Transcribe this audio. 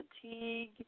fatigue